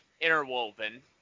Interwoven